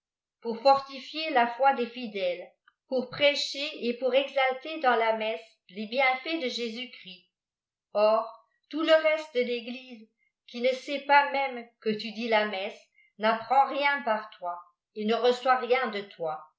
pour fortifier la foi des fidèleâpiïur prêcher et pour exalter dans la messe les bienfaits de jésuè chrjst or tout le reste de l'église qui ne sait pas même que lix dis fai messéj n'apprend rien pr oi ei ne reçoit rien dé toi